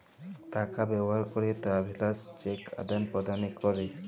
টাকা ব্যবহার ক্যরে ট্রাভেলার্স চেক আদাল প্রদালে ক্যরে